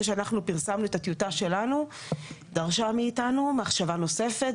שאנחנו פרסמנו את הטיוטה שלנו דרשה מאתנו מחשבה נוספת,